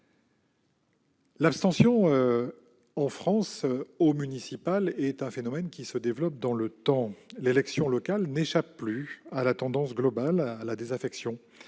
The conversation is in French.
l'abstention aux élections municipales est un phénomène qui se développe dans le temps. L'élection locale n'échappe plus à la tendance globale à la désaffection